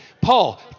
Paul